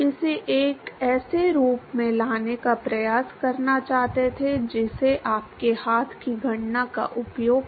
इसलिए लोगों ने जो तरीके विकसित किए हैं श्रृंखला समाधान वगैरह वगैरह उन्होंने किसी भी प्रकार की ज्यामिति के लिए इन दो मात्राओं को खोजने पर ध्यान केंद्रित किया है जिसमें किसी की दिलचस्पी थी